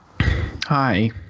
Hi